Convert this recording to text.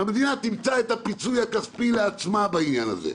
והמדינה תמצא את הפיצוי הכספי לעצמה בעניין הזה.